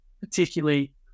particularly